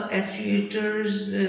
actuators